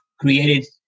created